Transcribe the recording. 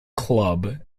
club